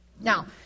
Now